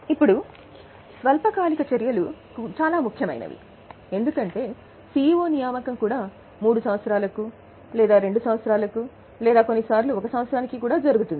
ఇప్పుడు స్వల్పకాలిక చర్యలు చాలా ముఖ్యమైనవి ఎందుకంటే CEO నియామకం కూడా 2 సంవత్సరాలకు 3 సంవత్సరాలకు లేదా కొన్నిసార్లు 1 సంవత్సరాని కి కూడా జరుగుతుంది